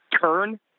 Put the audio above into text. Turn